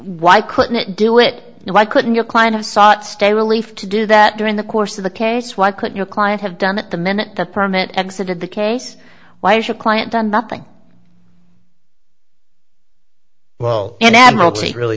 why couldn't it do it why couldn't your client have sought stay relief to do that during the course of the case why couldn't a client have done it the minute the permit exited the case why is your client done nothing well and admiralty really